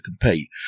compete